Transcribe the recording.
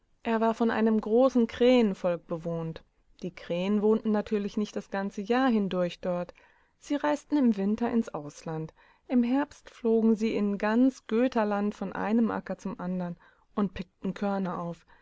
er war von einem großen krähenvolk bewohnt die krähen wohnten natürlich nicht das ganze jahr hindurch dort sie reisten im winter ins ausland im herbst flogen sie in ganz götaland von einem acker zum andern und pickten körner auf